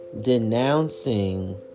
denouncing